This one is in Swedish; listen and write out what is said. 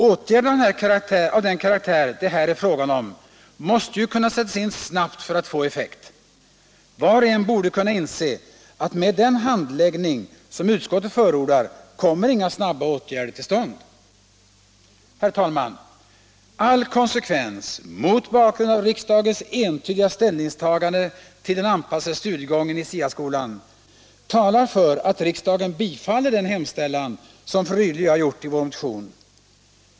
Åtgärder av den karaktär det här är fråga om måste ju kunna sättas in snabbt för att få effekt. Var och en borde kunna inse att med den handläggning som utskottet förordar kommer inga snabba åtgärder till stånd. ; Herr talman! All konsekvens — mot bakgrund av riksdagens entydiga ställningstagande till den anpassade studiegången i SIA-skolan — talar för att riksdagen bifaller den hemställan som fru Rydle och jag gjort i vår motion.